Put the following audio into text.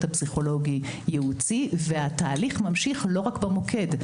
הפסיכולוגי ייעוצי והתהליך ממשיך לא רק במוקד.